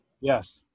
Yes